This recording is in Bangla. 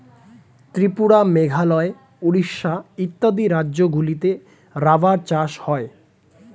ত্রিপুরা, মেঘালয়, উড়িষ্যা ইত্যাদি রাজ্যগুলিতে রাবার চাষ হয়